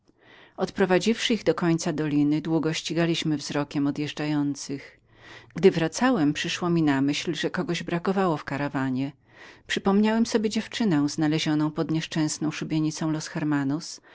odprowadziliśmy ich do końca doliny i długo ścigaliśmy wzrokiem za odjeżdżającymi wracając przyszło mi na myśl że kogoś brakowało w karawanie przypomniałem sobie dziewczynę znalezioną pod nieszczęsną szubienicą los hermanos